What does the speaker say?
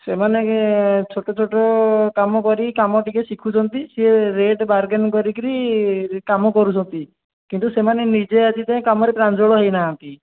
ସେମାନେ ଛୋଟ ଛୋଟ କାମ କରି କାମ ଟିକେ ଶିଖୁଛନ୍ତି ସେ ରେଟ୍ ବାର୍ଗେନ୍ କରିକିରି କାମ କରୁଛନ୍ତି କିନ୍ତୁ ସେମାନେ ନିଜେ ଆଜି ଯାଏଁ କାମରେ ପ୍ରାଞ୍ଜଳ ହେଇ ନାହାନ୍ତି